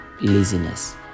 laziness